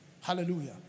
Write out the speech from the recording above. Hallelujah